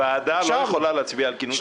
ועדה לא יכולה להצביע על כינוס המליאה.